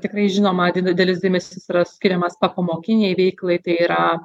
tikrai žinoma didelis dėmesys yra skiriamas popamokinei veiklai tai yra